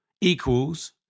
equals